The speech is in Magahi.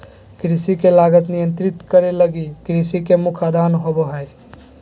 कृषि के लागत नियंत्रित करे लगी कृषि के मुख्य आदान होबो हइ